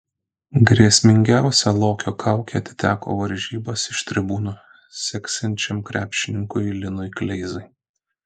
grėsmingiausia lokio kaukė atiteko varžybas iš tribūnų seksiančiam krepšininkui linui kleizai